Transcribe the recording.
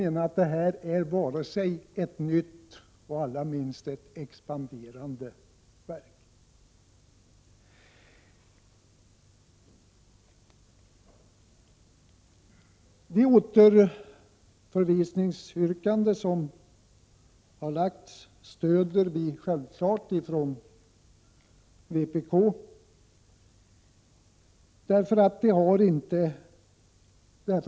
Det gäller nu inte ett nytt och allra minst ett expanderande verk. Vpk stöder självfallet det återförvisningsyrkande som ställts.